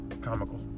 comical